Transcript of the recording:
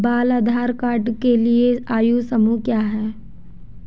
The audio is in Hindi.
बाल आधार कार्ड के लिए आयु समूह क्या है?